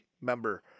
member